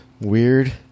weird